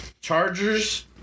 Chargers